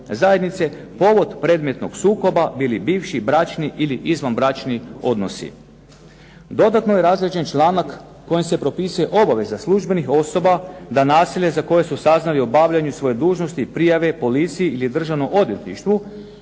zajednice povod predmetnog sukoba bili bivši bračni ili izvanbračni odnosi. Dodatno je razrađen članak kojim se propisuje obaveza službenih osoba da nasilje za koje su saznali u obavljanju svoje dužnosti prijave policiji ili Državnom odvjetništvu